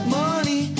money